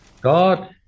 God